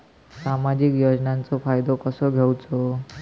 सामाजिक योजनांचो फायदो कसो घेवचो?